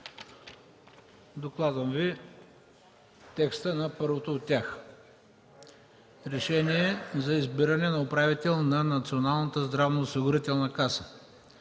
Докладвам Ви текста на първото от тях: „РЕШЕНИЕ за избиране на управител на Националната здравноосигурителна каса